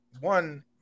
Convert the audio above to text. One